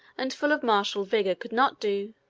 and full of martial vigor, could not do,